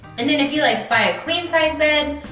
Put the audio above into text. and, then if you, like, buy a queen size bed,